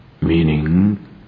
Meaning